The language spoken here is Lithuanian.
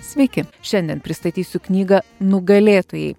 sveiki šiandien pristatysiu knygą nugalėtojai